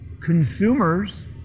consumers